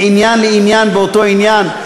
מעניין לעניין באותו עניין,